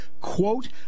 quote